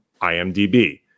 IMDb